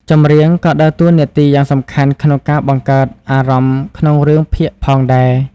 ចម្រៀងក៏ ដើរតួនាទីយ៉ាងសំខាន់ក្នុងការបង្កើតអារម្មណ៍ក្នុងរឿងភាគផងដែរ។